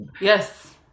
yes